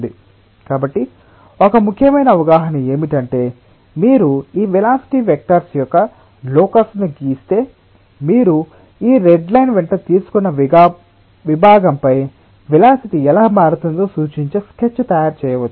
కాబట్టి ఒక ముఖ్యమైన అవగాహన ఏమిటంటే మీరు ఈ వెలాసిటి వెక్టర్స్ యొక్క లోకస్ ను గీస్తే మీరు ఈ రెడ్ లైన్ వెంట తీసుకున్న విభాగంపై వెలాసిటి ఎలా మారుతుందో సూచించే స్కెచ్ తయారు చేయవచ్చు